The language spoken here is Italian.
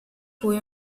cui